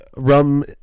Rum